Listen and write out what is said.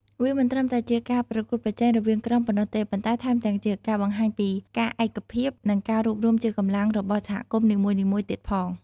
វាមិនត្រឹមតែជាការប្រកួតប្រជែងរវាងក្រុមប៉ុណ្ណោះទេ ប៉ុន្តែថែមទាំងជាការបង្ហាញពីការឯកភាព និងការរួបរួមជាកម្លាំងរបស់សហគមន៍នីមួយៗទៀតផង។